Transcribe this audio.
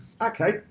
Okay